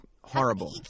horrible